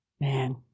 Man